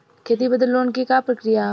खेती बदे लोन के का प्रक्रिया ह?